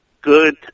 good